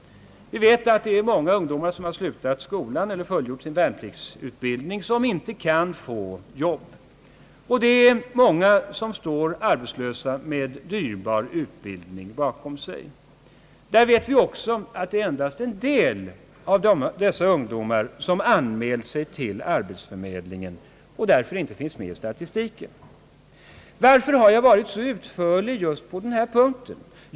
Vi vet att många ungdomar har slutat skolan eller fullgjort sin värnpliktsutbildning men inte kan få jobb. Det är många arbeislösa som har en dyrbar utbildning bakom sig. Vi vet också att endast en del av dessa ungdomar har anmält sig till arbetsförmedlingarna och att många därför inte finns med i statistiken. Varför har jag varit så utförlig just på denna punkt?